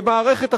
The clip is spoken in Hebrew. במערכת החינוך.